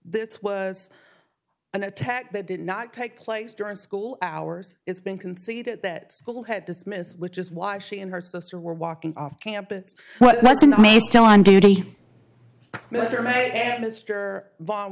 this was an attack that did not take place during school hours it's been conceded that school dismissed which is why she and her sister were walking off campus but it wasn't me still on duty and mr vaugh